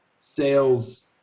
sales